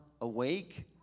awake